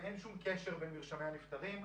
ואין שום קשר בין מרשמי הנפטרים.